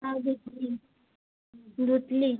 हां घेतली धुतली